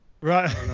right